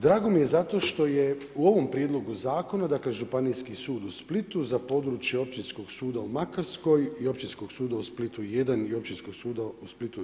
Drago mi je zato što je u ovom prijedlogu zakona, dakle Županijski sud u Splitu za područje Općinskog suda u Makarskoj i Općinskog suda u Splitu jedan i Općinskog suda u Splitu dva.